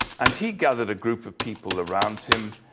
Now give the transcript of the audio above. and he gathered a group of people around him,